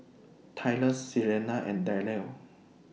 Tyrus Selena and Darell